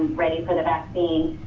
ready for the vaccine.